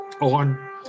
on